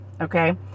okay